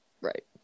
Right